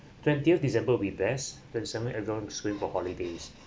twentieth december will be best twenty-seventh everyone was going for holidays